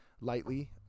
Lightly